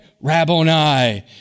Rabboni